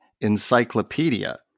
encyclopedia